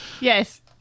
Yes